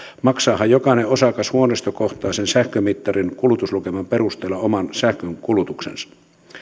maksaahan jokainen osakas huoneistokohtaisen sähkömittarin kulutuslukeman perusteella oman sähkönkulutuksensa